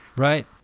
Right